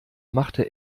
machte